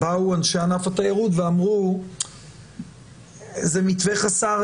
באו אנשי ענף התיירות ואמרו שזה מתווה חסר